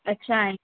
अच्छा ऐं